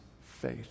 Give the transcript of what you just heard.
faith